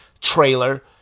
trailer